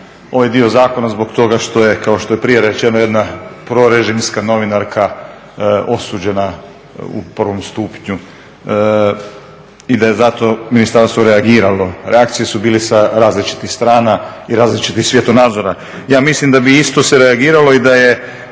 ovaj dio zakona zbog toga što je kao što je prije rečeno jedna prorežimska novinarka osuđena u prvom stupnju i da je zato ministarstvo reagiralo. Reakcije su bile sa različitih strana i različitih svjetonazora. Ja mislim da bi isto se reagiralo i da je